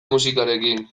musikarekin